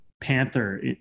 panther